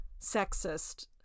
sexist